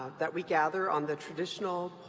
that we gather on the traditional